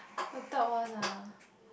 I don't want lah